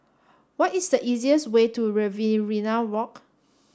what is the easiest way to Riverina Walk